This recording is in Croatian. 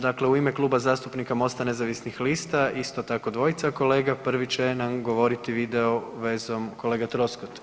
Dakle, u ime Kluba zastupnika MOST-a nezavisnih lista isto tako dvojica kolega, prvi će nam govoriti video vezom kolega Troskot.